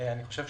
מכיוון